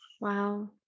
Wow